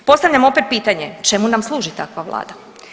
Postavljam opet pitanje čemu nam služi takva vlada?